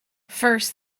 first